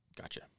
Gotcha